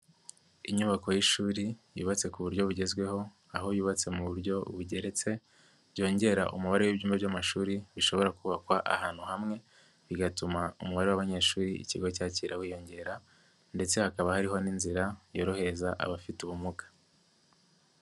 Inyubako y'ishuri yubatse ku buryo bugezweho aho yubatse mu buryo bugeretse byongera umubare w'ibyumba by'amashuri bishobora kubakwa ahantu hamwe bigatuma umubare w'abanyeshuri ikigo cyakira wiyongera ndetse hakaba hariho n'inzira yorohereza abafite ubumuga.